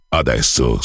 adesso